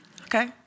Okay